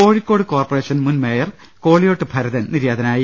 Kozhikode corporation മുൻ mayor Koliyot Bharathan നിര്യാതനായി